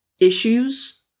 issues